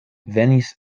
venis